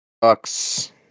Bucks